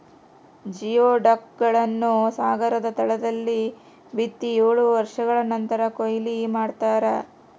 geoduck ಗಳನ್ನು ಸಾಗರದ ತಳದಲ್ಲಿ ಬಿತ್ತಿ ಏಳು ವರ್ಷಗಳ ನಂತರ ಕೂಯ್ಲು ಮಾಡ್ತಾರ